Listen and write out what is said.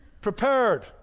prepared